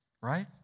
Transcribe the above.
Right